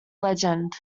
legend